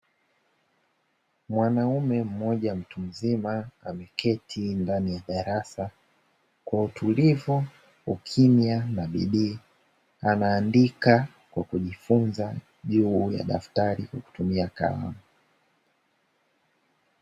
Mwanaume mmoja mtu mzima ameketi ndani ya darasa kwa utulivu, ukimya na bidii. Anaandika kwa kujifunza juu ya daftari kwa kutumia kalamu.